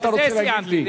מה אתה רוצה להגיד לי?